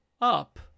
up